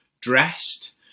dressed